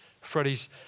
Freddie's